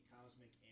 Cosmic